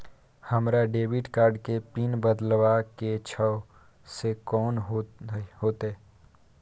हमरा debit card के pin बदलवा के छै से कोन होतै?